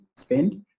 spend